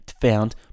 found